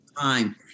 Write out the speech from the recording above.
time